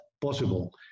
possible